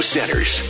Centers